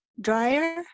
dryer